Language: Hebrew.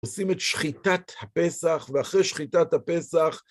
עושים את שחיתת הפסח, ואחרי שחיתת הפסח